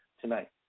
tonight